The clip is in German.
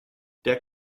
der